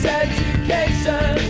education